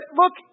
look